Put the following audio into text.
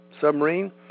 submarine